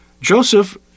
Joseph